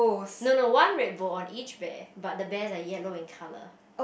no no one red bow on each bear but the bears are yellow in colour